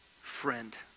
friend